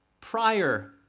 prior